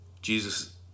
Jesus